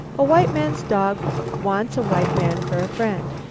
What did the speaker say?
a white man's dog wants a white man for a friend,